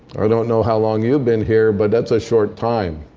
don't know how long you've been here. but that's a short time.